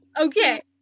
Okay